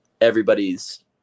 everybody's